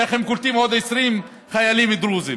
איך הם קולטים עוד 20 חיילים דרוזים.